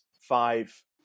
five